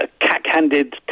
cack-handed